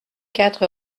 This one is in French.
quatre